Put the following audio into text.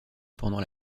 pendant